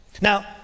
Now